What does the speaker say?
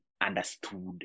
understood